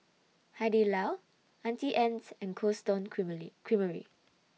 Hai Di Lao Auntie Anne's and Cold Stone Creamery